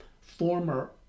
former